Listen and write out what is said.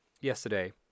yesterday